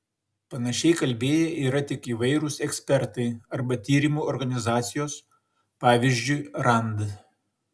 panašiai kalbėję yra tik įvairūs ekspertai arba tyrimų organizacijos pavyzdžiui rand